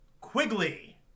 quigley